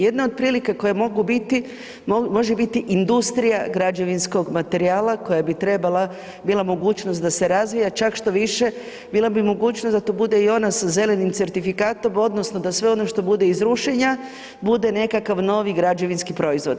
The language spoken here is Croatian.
Jedna od prilika koje mogu biti, može biti industrija građevinskog materijala koja bi trebala bila mogućnost da se razvija, čak štoviše bila bi mogućnost da to bude i ona sa zelenim certifikatom odnosno da sve ono što bude iz rušenja bude nekakav novi građevinski proizvod.